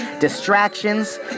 distractions